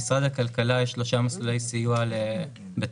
במשרד הכלכלה יש שלושה מסלולי סיוע בתעסוקה,